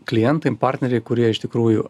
klientam partneriai kurie iš tikrųjų